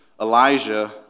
Elijah